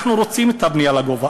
אנחנו רוצים את הבנייה לגובה,